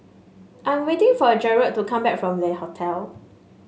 I am waiting for Jered to come back from Le Hotel